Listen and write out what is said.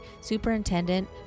Superintendent